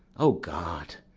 o god!